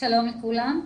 שלום לכולם.